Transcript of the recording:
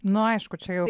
nu aišku čia jau